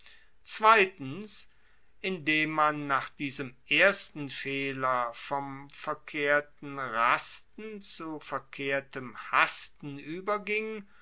zweitens indem man nach diesem ersten fehler vom verkehrten rasten zu verkehrtem hasten ueberging